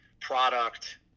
product